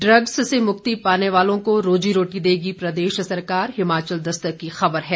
drugs से मुक्ति पाने वालों को रोजी रोटी देगी प्रदेश सरकार हिमाचल दस्तक की खबर है